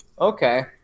okay